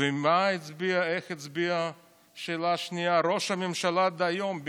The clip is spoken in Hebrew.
ושאלה שנייה: איך הצביע ראש הממשלה דהיום,